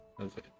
okay